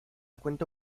cuento